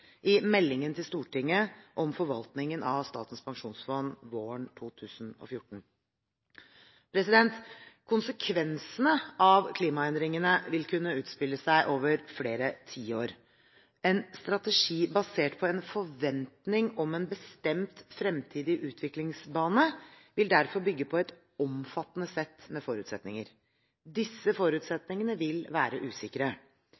i meldingen til Stortinget om forvaltningen av Statens pensjonsfond våren 2014. Konsekvensene av klimaendringene vil kunne utspille seg over flere tiår. En strategi basert på en forventning om en bestemt fremtidig utviklingsbane vil derfor bygge på et omfattende sett med forutsetninger. Disse forutsetningene vil være usikre.